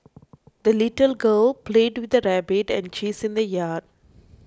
the little girl played with her rabbit and geese in the yard